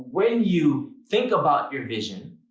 when you think about your vision,